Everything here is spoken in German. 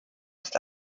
ist